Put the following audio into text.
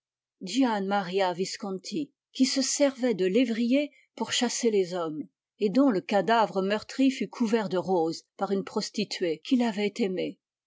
yisconti qui se servait de lévriers pour chasser les hommes et dont le cadavre meurtri fut couvert de roses par une prostituée qui l'avait aimé